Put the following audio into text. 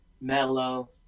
mellow